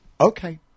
Okay